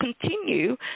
continue